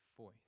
voice